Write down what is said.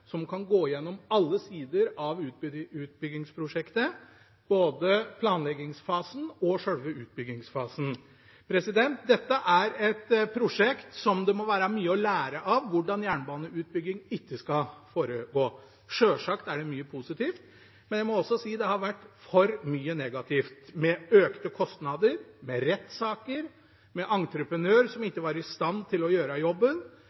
som kan gå igjennom alle sider av utbyggingsprosjektet, både planleggingsfasen og selve utbyggingsfasen. Dette er et prosjekt det må være mye å lære av når det gjelder hvordan jernbaneutbygging ikke skal foregå. Selvsagt er det mye positivt, men jeg må også si at det har vært for mye negativt, med økte kostnader, rettssaker, entreprenør som ikke var i stand til å gjøre jobben,